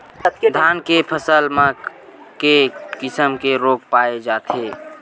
धान के फसल म के किसम के रोग पाय जाथे?